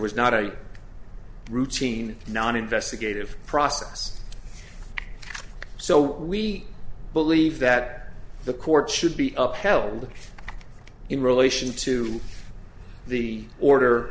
was not a routine non investigative process so we believe that the court should be upheld in relation to the order